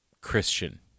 Christian